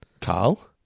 Carl